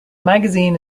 magazine